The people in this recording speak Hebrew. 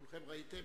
כולכם ראיתם.